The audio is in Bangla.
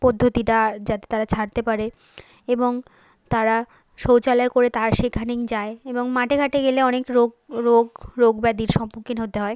পদ্ধতিটা যাতে তারা ছাড়তে পারে এবং তারা শৌচালয় করে তার সেখানেই যায় এবং মাঠে ঘাটে গেলে অনেক রোগ রোগ রোগ ব্যাধির সম্মুখীন হতে হয়